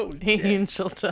Angel